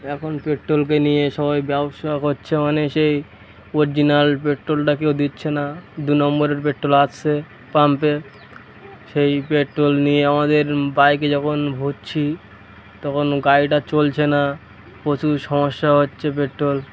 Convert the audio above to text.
এখন পেট্রোলকে নিয়ে সবাই ব্যবসা করছে মানে সেই অরিজিনাল পেট্রোলটা কেউ দিচ্ছে না দু নম্বরের পেট্রোল আসছে পাম্পে সেই পেট্রোল নিয়ে আমাদের বাইকে যখন ভরছি তখন গাড়িটা চলছে না প্রচুর সমস্যা হচ্ছে পেট্রোল